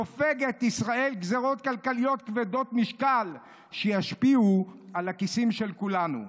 סופגת ישראל גזרות כלכליות כבדות משקל שישפיעו על הכיס של כולנו.